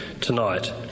tonight